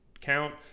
count